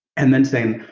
and then saying,